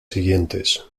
siguientes